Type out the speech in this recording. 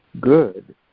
good